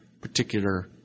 particular